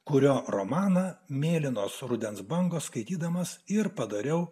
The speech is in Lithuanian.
kurio romaną mėlynos rudens bangos skaitydamas ir padariau